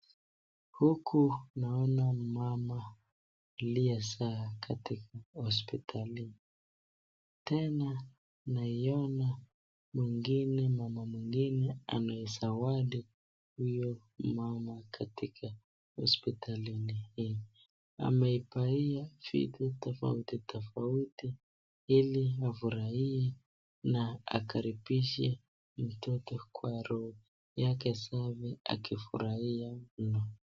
Huku naona mama aliyezaa katika hospitali ,tena naiona mwingine mama mwingine anayezawadi huyo mama katika hospitalini hii ,amebaiya vitu tofauti tofauti ili afurahie na akaribishe mtoto kwa roho yake safi akifurahia mno.